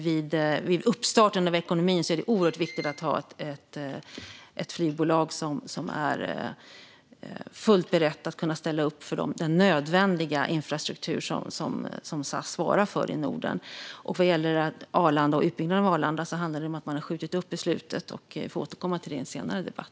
Vid uppstarten av ekonomin är det oerhört viktigt att ha ett flygbolag som är fullt berett att ställa upp med den nödvändiga infrastruktur som SAS svarar för i Norden. Vad gäller utbyggnaden av Arlanda handlar det om att man har skjutit upp beslutet. Vi får återkomma till det i en senare debatt.